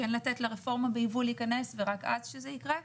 כן לתת לרפורמה בייבוא להיכנס ורק אז שזה יקרה.